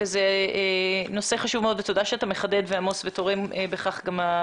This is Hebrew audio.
זה נושא חשוב מאוד ותודה שאתה מחדד ובכך תורם לאחריות